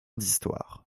d’histoire